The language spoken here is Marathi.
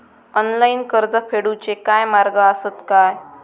ऑनलाईन कर्ज फेडूचे काय मार्ग आसत काय?